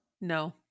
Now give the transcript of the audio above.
no